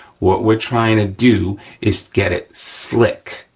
what we're trying to do is get it slick,